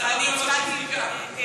בסך הכול ביקשנו בדיקה.